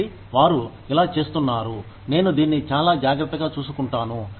కాబట్టి వారు ఇలా చేస్తున్నారు నేను దీన్ని చాలా జాగ్రత్తగా చూసుకుంటాను